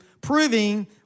proving